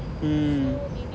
mm